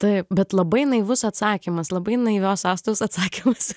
taip bet labai naivus atsakymas labai naivios astos atsakymas